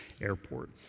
Airport